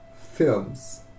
films